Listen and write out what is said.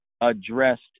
addressed